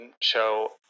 show